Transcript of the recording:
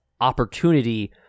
opportunity